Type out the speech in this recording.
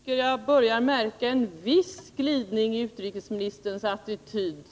Herr talman! Jag tycker att jag börjar märka en viss glidning i utrikesministerns attityd.